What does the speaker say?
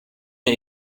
mir